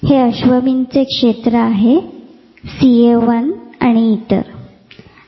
हे अश्वमीनचे क्षेत्र आहे CA1 आणि इतर भाग आहेत